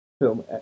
Film